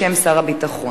בשם שר הביטחון.